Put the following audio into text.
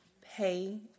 pay